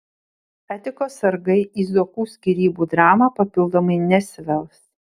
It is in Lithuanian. etikos sargai į zuokų skyrybų dramą papildomai nesivels